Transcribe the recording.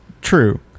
true